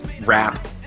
rap